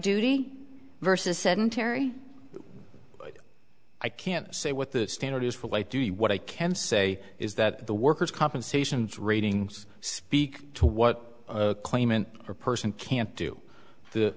duty versus sedentary i can't say what the standard is for light do you what i can say is that the workers compensation ratings speak to what the claimant or person can't do the